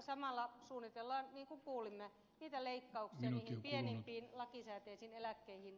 samalla suunnitellaan niin kuin kuulimme niitä leikkauksia pienimpiin lakisääteisiin eläkkeisiin